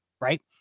right